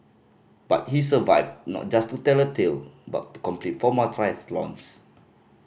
but he survived not just to tell the tale but to complete four more triathlons